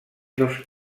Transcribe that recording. dos